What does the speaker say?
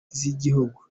z’igihugu